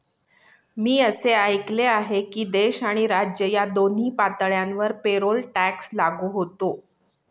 मी असे ऐकले आहे की देश आणि राज्य या दोन्ही पातळ्यांवर पेरोल टॅक्स लागू होतो